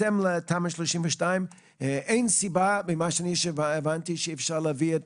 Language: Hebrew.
בהתאם לתמ"א 32. אין סיבה לא להביא את